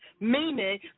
meaning